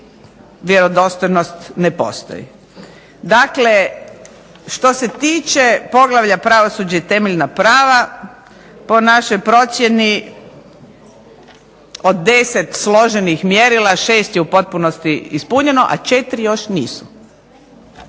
vjerodostojnost ne postoji. Dakle, što se tiče poglavlja pravosuđe i temeljna prava po našoj procjeni od 10 složenih mjerila, 6 je u potpunosti ispunjeno a 4 još nisu.